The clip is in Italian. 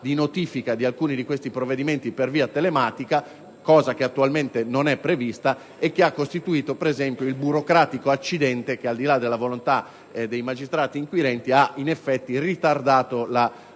di notifica di alcuni di questi provvedimenti per via telematica, cosa che attualmente non è prevista, e che ha costituito, per esempio, il burocratico accidente che, al di là della volontà dei magistrati inquirenti, ha in effetti ritardato il